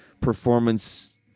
performance